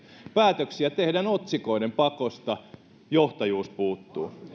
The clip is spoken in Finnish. päätöksiä tehdään otsikoiden pakosta ja johtajuus puuttuu